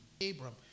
Abram